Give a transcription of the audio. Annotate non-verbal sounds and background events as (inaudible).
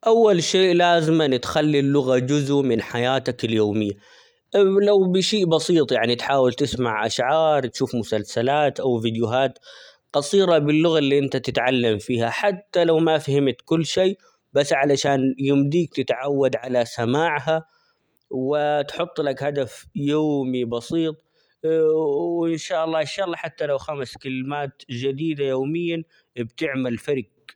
أول شيء لازمًا تخلي اللغة جزء من حياتك اليومية لو بشيء بسيط ، يعني تحاول تسمع أشعار تشوف مسلسلات أو فيديوهات قصيرة باللغة اللي انت تتعلم فيها حتى لو ما فهمت كل شي بس علشان يمديك تتعود على سماعها ،و (hesitation) تحط لك هدف يومي بسيط ،و (hesitation) إن شاء الله إن شاء الله حتى لو خمس كلمات جديدة يوميًا بتعمل فرق.